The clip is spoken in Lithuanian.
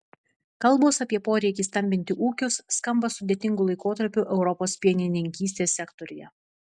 kalbos apie poreikį stambinti ūkius skamba sudėtingu laikotarpiu europos pienininkystės sektoriuje